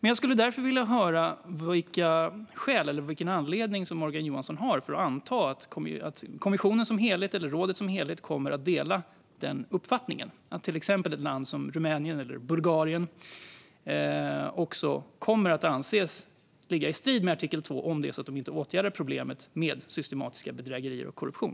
Jag skulle därför vilja höra vilken anledning som Morgan Johansson har för att anta att kommissionen som helhet eller rådet som helhet kommer att dela uppfattningen att ett land som till exempel Rumänien eller Bulgarien också kommer att anses ligga i strid med artikel 2 om de inte åtgärdar problemet med systematiska bedrägerier och korruption.